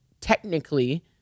technically